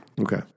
Okay